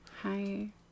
hi